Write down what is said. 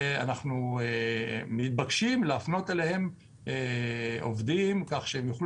ואנחנו מתבקשים להפנות אליהן עובדים כך שהן יוכלו